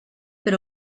per